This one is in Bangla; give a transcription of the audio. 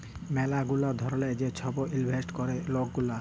ম্যালা গুলা ধরলের যে ছব ইলভেস্ট ক্যরে লক গুলা